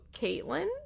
Caitlyn